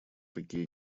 такие